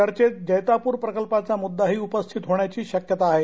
चर्चेत जैतापूर प्रकल्पाचा मुद्दा ही उपस्थित होण्याची शक्यता आहे